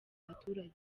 abaturage